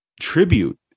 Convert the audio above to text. tribute